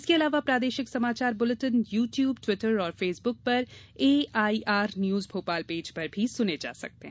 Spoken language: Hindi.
इसके अलावा प्रादेशिक समाचार बुलेटिन यू द्यूब ट्विटर और फेसबुक पर एआईआर न्यूज भोपाल पेज पर सुने जा सकते हैं